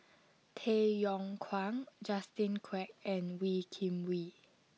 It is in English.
Tay Yong Kwang Justin Quek and Wee Kim Wee